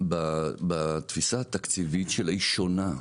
בתפיסה התקציבית שלה היא שונה,